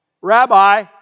Rabbi